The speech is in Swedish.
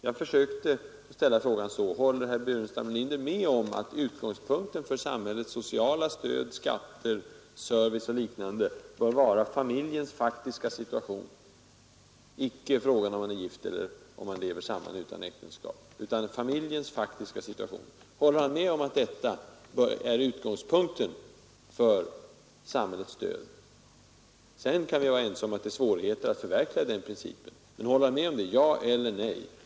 Jag framställde frågan så: Håller herr Burenstam Linder med om att utgångspunkten för samhällets sociala stöd, skatter, service och liknande bör vara familjens faktiska situation; icke frågan om man är gift eller lever samman utan äktenskap? Håller han med om att detta bör vara utgångspunkten för samhällets stöd? Sedan kan vi vara ense om att det föreligger svårigheter att förverkliga den principen. Men håller herr Burenstam Linder med om detta? Ja eller nej.